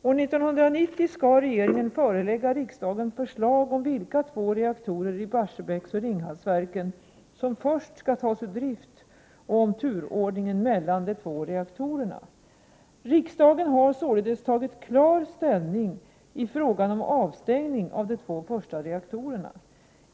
År 1990 skall regeringen förelägga riksdagen förslag om vilka två reaktorer i Barsebäcksoch Ringhalsverken som först skall tas ur drift och om turordningen mellan de två reaktorerna. Riksdagen har således tagit klar ställning i frågan om avstängning av de två första reaktorerna.